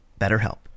BetterHelp